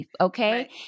okay